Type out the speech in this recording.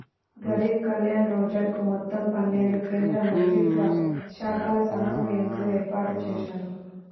గరీబ్ కళ్యాణ్ రోజ్గర్ మొత్తం పన్నెండు కేంద్రమంత్రిత్వశాఖల సమన్వయంతో ఏర్పాటుజేశారు